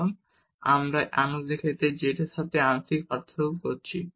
কারণ আমরা আপনার ক্ষেত্রে z এর সাথে আংশিক পার্থক্য করছি